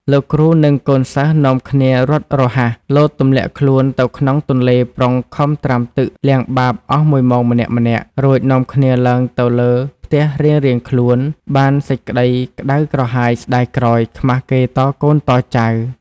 លោកគ្រូនិងកូនសិស្សនាំគ្នារត់រហ័ស លោតទម្លាក់ខ្លួនទៅក្នុងទន្លេប្រុងខំត្រាំទឹកលាងបាបអស់ ១ ម៉ោងម្នាក់ៗ រួចនាំគ្នាឡើងទៅលើផ្ទះរៀងៗខ្លួនបានសេចក្តីក្តៅ ក្រហាយស្តាយក្រោយ ខ្មាសគេតកូនតចៅ ។